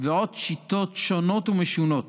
ועוד שיטות שונות ומשונות,